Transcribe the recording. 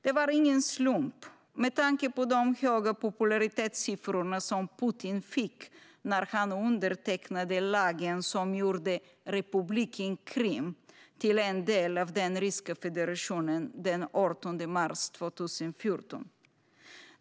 Det var ingen slump, med tanke på de höga popularitetssiffror som Putin fick när han undertecknade den lag som gjorde republiken Krim till en del av den ryska federationen den 18 mars 2014.